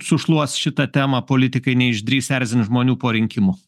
sušluos šitą temą politikai neišdrįs erzint žmonių po rinkimų